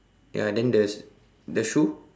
ya then the the shoe